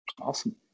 awesome